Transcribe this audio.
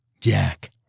Jack